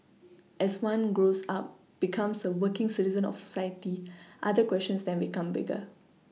as one grows up becomes a working citizen of society other questions then become bigger